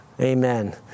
amen